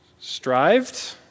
strived